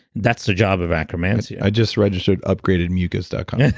that's the job of akkermansia i just registered upgradedmucus dot com.